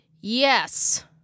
Yes